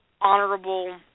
honorable